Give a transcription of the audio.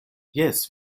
jes